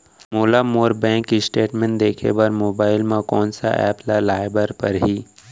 मोला मोर bank statement देखे बर मोबाइल मा कोन सा एप ला लाए बर परही?